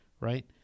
right